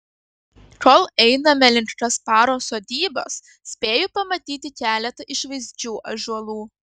kol einame link kasparo sodybos spėju pamatyti keletą išvaizdžių ąžuolų